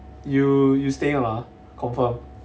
you you staying or not ah confirm